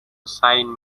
sign